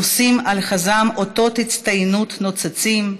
נושאים על חזם אותות הצטיינות נוצצים,